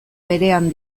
berean